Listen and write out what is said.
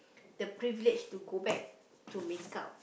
the privilege to go back to make up